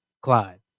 Clyde